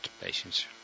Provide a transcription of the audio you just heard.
patients